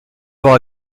voir